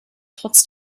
trotz